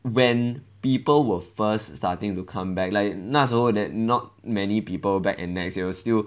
when people were first starting to come back like 那时候 then not many people back at nex it was still